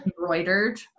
embroidered